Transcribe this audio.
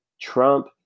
Trump